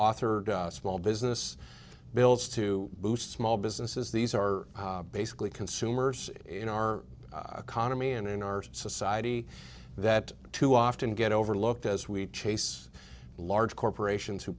author small business bills to boost small businesses these are basically consumers in our economy and in our society that too often get overlooked as we chase large corporations who